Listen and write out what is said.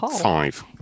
five